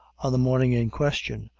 on the morning in question,